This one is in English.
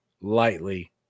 lightly